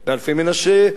באלפי-מנשה,